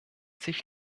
sich